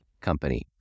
company